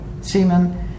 seamen